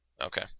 Okay